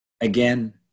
again